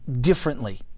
differently